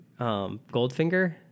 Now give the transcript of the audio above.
Goldfinger